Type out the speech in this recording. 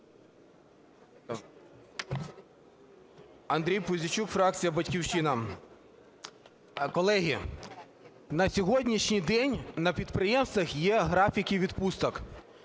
Андрій Пузійчук, фракція "Батьківщина". Колеги, на сьогоднішній день на підприємствах є графіки відпусток,